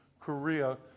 Korea